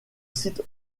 site